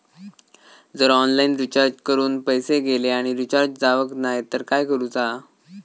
जर online recharge करून पैसे गेले आणि रिचार्ज जावक नाय तर काय करूचा?